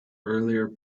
earlier